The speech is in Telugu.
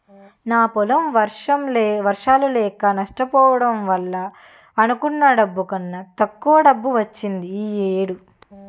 నా పొలం వర్షాలు లేక నష్టపోవడం వల్ల అనుకున్న డబ్బు కన్నా తక్కువ డబ్బు వచ్చింది ఈ ఏడు